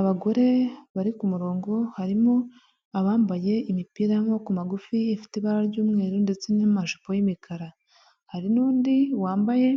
Abagore bari kumurongo harimo abambaye imipira y'amaboko magufi ifite ibara ry'umweru ndetse n'amajipo y'imikara hari n'undi wambaye